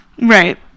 Right